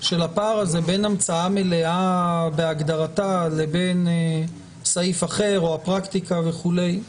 הפער הזה בין המצאה מלאה בהגדרתה לבין סעיף אחר או הפרקטיקה וכולי,